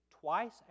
twice